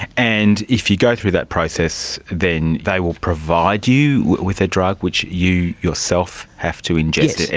and if you go through that process then they will provide you with a drug which you yourself have to ingest,